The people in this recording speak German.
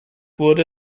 wurde